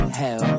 hell